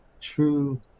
true